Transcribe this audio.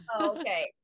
Okay